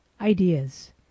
ideas